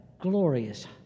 glorious